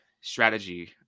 strategy